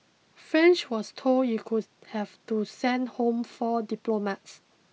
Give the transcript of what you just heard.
France was told it could have to send home four diplomats